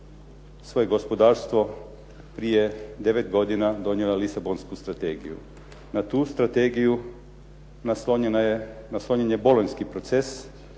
svoje gospodarstvo prije 9 godina donijela Lisabonsku strategiju. Na tu Strategiju naslonjen je Bolonjski proces